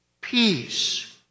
peace